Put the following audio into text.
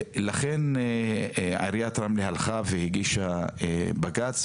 עיריית רמלה הלכה והגישה בג"ץ,